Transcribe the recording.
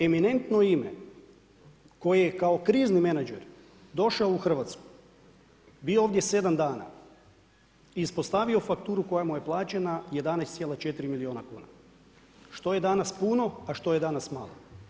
Eminentno ime, koje je kao krizni Management došao u Hrvatsku, bio ovdje 7 dana i ispostavio fakturu koja mu je plaćena 11,4 milijuna kuna, što je danas puno, a što je danas malo.